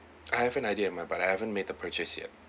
I have an idea in mind but I haven't made the purchase yet